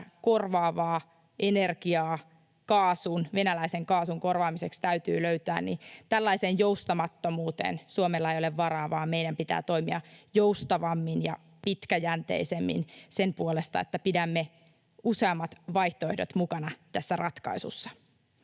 korvaavaa energiaa venäläisen kaasun korvaamiseksi täytyy löytää — Suomella ei ole varaa, vaan meidän pitää toimia joustavammin ja pitkäjänteisemmin sen puolesta, että pidämme useammat vaihtoehdot mukana tässä ratkaisussa.